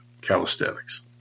calisthenics